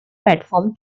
platform